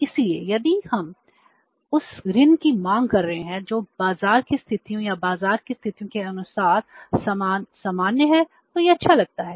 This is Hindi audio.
इसलिए यदि हम उस ऋण की मांग कर रहे हैं जो बाजार की स्थितियों या बाजार की स्थितियों के अनुसार सामान्य है तो यह अच्छा लगता है